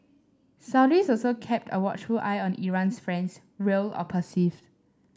Saudis also kept a watchful eye on Iran's friends real or perceived